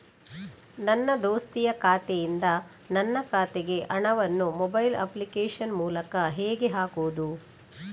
ನನ್ನ ದೋಸ್ತಿಯ ಖಾತೆಯಿಂದ ನನ್ನ ಖಾತೆಗೆ ಹಣವನ್ನು ಮೊಬೈಲ್ ಅಪ್ಲಿಕೇಶನ್ ಮೂಲಕ ಹೇಗೆ ಹಾಕುವುದು?